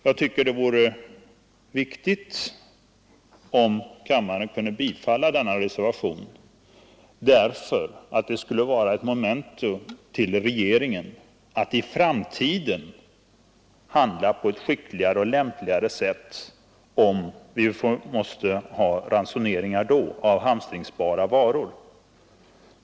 Jag tycker det vore viktigt om kammaren kunde bifalla denna reservation därför att det skulle vara ett memento för regeringen att i framtiden handla på ett skickligare och lämpligare sätt om vi måste ha ransoneringar av hamstringsbara varor.